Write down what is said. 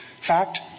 fact